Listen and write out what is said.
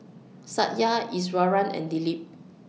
Satya Iswaran and Dilip